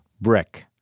Brick